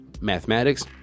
mathematics